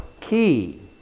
key